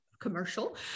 commercial